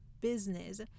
business